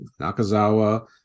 Nakazawa